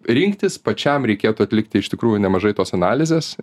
rinktis pačiam reikėtų atlikti iš tikrųjų nemažai tos analizės